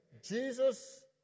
Jesus